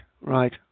right